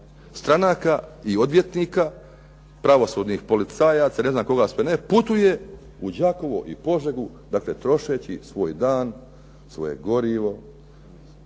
stranaka i odvjetnika, pravosudnih policajaca i ne znam koga sve ne putuje u Đakovo i Požegu trošeći svoj dan, svoje gorivo,